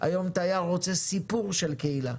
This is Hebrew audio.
היום תייר רוצה סיפור של קהילה,